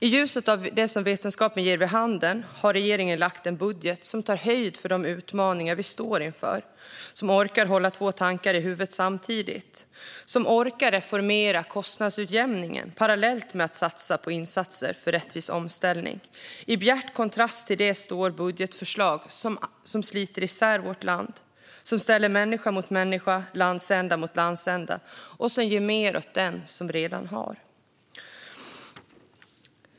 I ljuset av det som vetenskapen ger vid handen har regeringen lagt fram en budget som tar höjd för de utmaningar vi står inför och som orkar hålla två tankar i huvudet samtidigt. Den orkar reformera kostnadsutjämningen parallellt med att satsa på insatser för rättvis omställning. I bjärt kontrast till det står budgetförslag som sliter isär vårt land, som ställer människa mot människa och landsända mot landsända och som ger mer åt den som redan har.